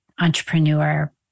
entrepreneur